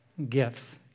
gifts